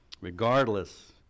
regardless